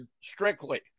strictly